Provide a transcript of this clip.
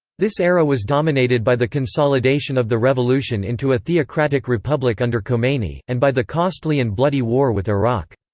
this era was dominated by the consolidation of the revolution into a theocratic republic under khomeini, and by the costly and bloody war with iraq.